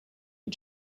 and